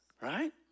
right